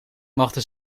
mochten